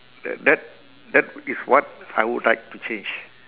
th~ that that is what I would like to change